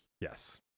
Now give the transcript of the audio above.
Yes